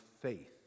faith